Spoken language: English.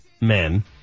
men